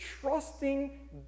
trusting